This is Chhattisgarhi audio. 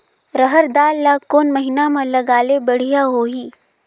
रहर दाल ला कोन महीना म लगाले बढ़िया होही?